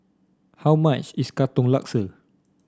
how much is Katong Laksa